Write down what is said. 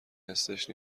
حسش